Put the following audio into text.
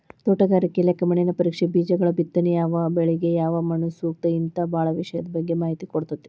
ತೋಟಗಾರಿಕೆ ಇಲಾಖೆ ಮಣ್ಣಿನ ಪರೇಕ್ಷೆ, ಬೇಜಗಳಬಿತ್ತನೆ ಯಾವಬೆಳಿಗ ಯಾವಮಣ್ಣುಸೂಕ್ತ ಹಿಂತಾ ಬಾಳ ವಿಷಯದ ಬಗ್ಗೆ ಮಾಹಿತಿ ಕೊಡ್ತೇತಿ